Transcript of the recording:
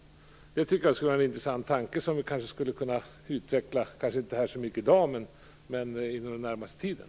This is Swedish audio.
Det är en intressant tanke, som vi skulle kunna utveckla, kanske inte här i dag men inom den närmaste tiden.